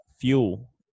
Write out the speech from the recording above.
fuel